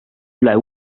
üle